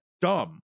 dumb